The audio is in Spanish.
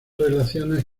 relaciones